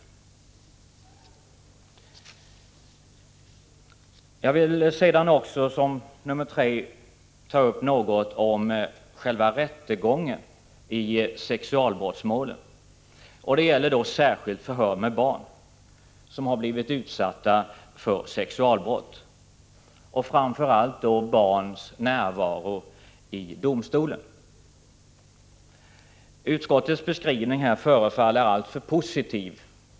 Den tredje punkten som jag vill ta upp är själva rättegången i sexualbrottmålen. Det gäller särskilt förhör med barn som har blivit utsatta för sexualbrott och framför allt barns närvaro i domstol. Utskottets beskrivning förefaller alltför positiv.